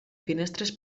finestres